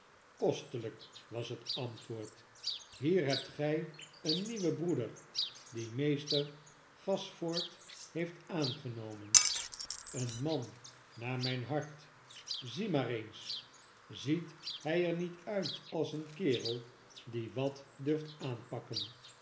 skostelijk was het antwoord hier hebt gij een nieuwen broeder dien meester gashford heeft aangenomen een man naar mijn hart zie maar eens ziet hij er niet uit als een kerel die wat durft aanpakken